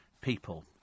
people